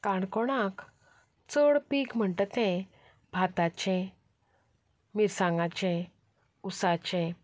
काणकोणांत चड पीक म्हणटा तें भाताचें मिरसांगांचें उसाचें